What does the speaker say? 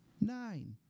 Nine